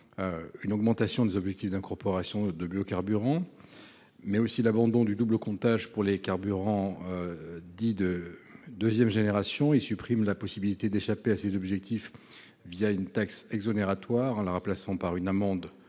une augmentation des objectifs d’incorporation de biocarburants, mais impose aussi l’abandon du double comptage pour les carburants dits de deuxième génération. Il supprime aussi la possibilité d’échapper à ces objectifs une taxe exonératoire, en la remplaçant par une amende